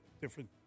different